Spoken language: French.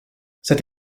cette